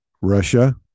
Russia